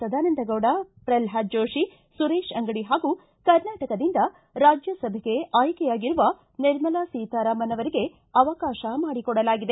ಸದಾನಂದಗೌಡ ಪ್ರಲ್ನಾದ ಜೋತಿ ಸುರೇಶ ಅಂಗಡಿ ಹಾಗೂ ಕರ್ನಾಟಕದಿಂದ ರಾಜ್ಯಸಭೆಗೆ ಆಯ್ಷೆಯಾಗಿರುವ ನಿರ್ಮಲಾ ಸೀತಾರಾಮನ್ ಅವರಿಗೆ ಅವಕಾಶ ಮಾಡಿ ಕೊಡಲಾಗಿದೆ